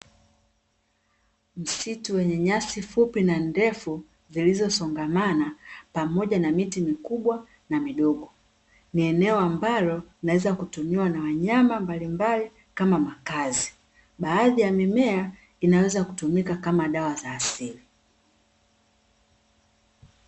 Msitu wenye nyasi fupi na ndefu zilizosongamana, pamoja na miti mikubwa na midogo. Ni eneo ambalo linaweza kutumiwa na wanyama mbalimbali kama makazi. Baadhi ya mimea, inaweza kutumika kama dawa za asili.